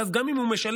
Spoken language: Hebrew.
ואז גם אם הוא משלם,